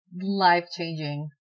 life-changing